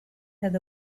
had